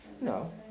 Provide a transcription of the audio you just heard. No